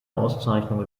auszeichnung